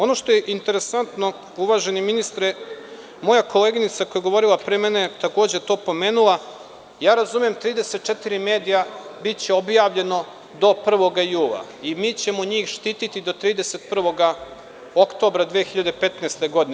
Ono što je interesantno, uvaženi ministre, moja koleginica koja je govorila pre mene takođe je to pomenula, razumem, 34 medija biće objavljeno do 1. jula i mi ćemo njih štititi do 31. oktobra 2015. godine.